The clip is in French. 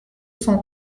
cent